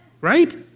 Right